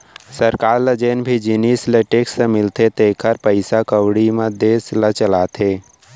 सरकार ल जेन भी जिनिस ले टेक्स मिलथे तेखरे पइसा कउड़ी म देस ल चलाथे